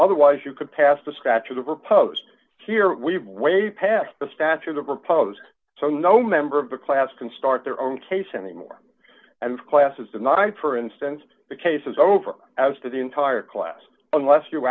otherwise you could pass the scratches of riposte here we've way past the statute of repose so no member of the class can start their own case anymore and class is denied for instance the case is over as to the entire class unless you